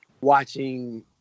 watching